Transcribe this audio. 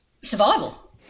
survival